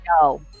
No